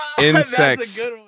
Insects